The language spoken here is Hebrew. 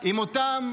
עם אותם